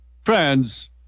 friends